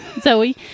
Zoe